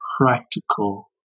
practical